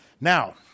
Now